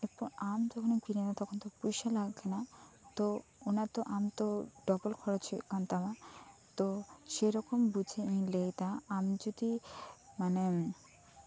ᱟᱢ ᱡᱚᱠᱷᱚᱱᱮᱢ ᱠᱤᱨᱤᱧ ᱫᱟ ᱛᱚᱠᱷᱚᱱ ᱫᱚ ᱯᱩᱭᱥᱟᱹ ᱞᱟᱜᱟᱜ ᱠᱟᱱᱟ ᱛᱚ ᱚᱱᱟ ᱫᱚ ᱟᱢ ᱛᱚ ᱰᱚᱵᱚᱞ ᱠᱷᱚᱨᱚᱪ ᱦᱩᱭᱩᱜ ᱠᱟᱱ ᱛᱟᱢᱟ ᱛᱚ ᱥᱮᱨᱚᱠᱚᱢ ᱵᱩᱡᱷᱮ ᱤᱧ ᱞᱟᱹᱭ ᱫᱟ ᱟᱢ ᱡᱮ ᱡᱩᱫᱤ ᱢᱟᱱᱮᱢ